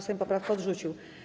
Sejm poprawkę odrzucił.